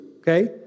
okay